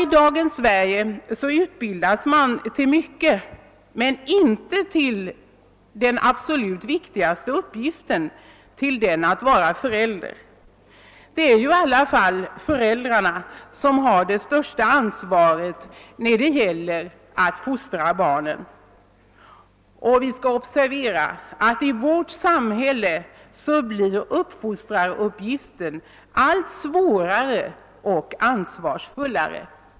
I dagens Sverige utbildas man till mycket men inte till den absolut viktigaste uppgiften: att vara förälder. Det är ju i alla fall föräldrarna som har det största ansvaret när det gäller att fostra barnen. Vi skall observera att i vårt samhälle fostraruppgiften blir allt svårare och ansvarsfullare.